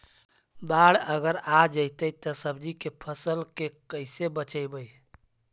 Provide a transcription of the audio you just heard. बाढ़ अगर आ जैतै त सब्जी के फ़सल के कैसे बचइबै?